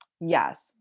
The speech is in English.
Yes